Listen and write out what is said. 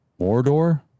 Mordor